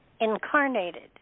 incarnated